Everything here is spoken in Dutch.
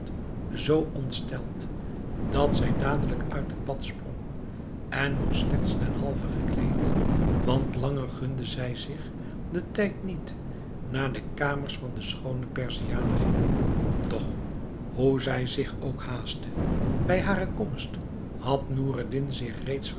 zoo ontsteld dat zij dadelijk uit het bad sprong en nog slechts ten halve gekleed want langer gunde zij zich den tijd niet naar de kamers van de schoone perziane ging doch hoe zij zich ook haastte bij hare komst had noureddin zich reeds